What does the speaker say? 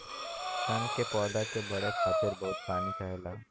सन के पौधा के बढ़े खातिर बहुत पानी चाहला